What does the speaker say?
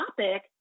topic